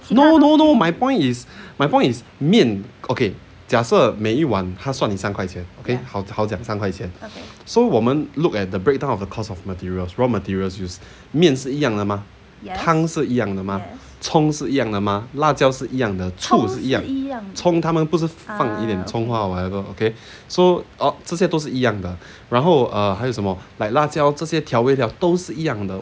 no no no my point is my point is 面 okay 假设每一碗他算你三块钱 okay 好价三块钱 so 我们 look at the breakdown of the cost of materials raw materials used 面是一样的吗汤是一样的吗葱是一样的吗辣椒是一样的醋是一样葱他们不是放一点葱 whatever okay so oh 这些都是一样的然后 err 还有什么辣椒这些调味料都是一样的